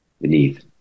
beneath